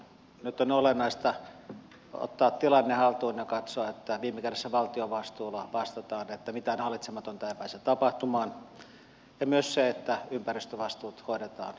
nyt on olennaista ottaa tilanne haltuun ja katsoa että viime kädessä valtion vastuulla vastataan että mitään hallitsematonta ei pääse tapahtumaan ja että myös ympäristövastuut hoidetaan asianmukaisesti ja vastuullisesti